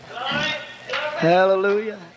hallelujah